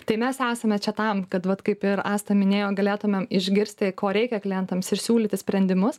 tai mes esame čia tam kad vat kaip ir asta minėjo galėtumėm išgirsti ko reikia klientams ir siūlyti sprendimus